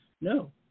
No